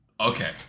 Okay